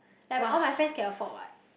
like all my friends can afford what